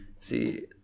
See